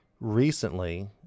recently